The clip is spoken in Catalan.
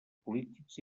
polítics